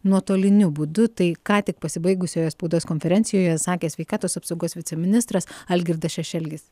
nuotoliniu būdu tai ką tik pasibaigusioje spaudos konferencijoje sakė sveikatos apsaugos viceministras algirdas šešelgis